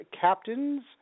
captains